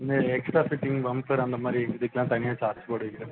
இந்த extra fitting bumper அந்தமாதிரி இதுக்கெல்லாம் தனியாக சார்ஜ் போடுவீங்களா